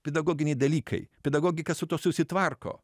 pedagoginiai dalykai pedagogika su tuo susitvarko